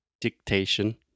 dictation